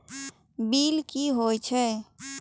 Bill की हौए छै?